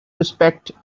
respect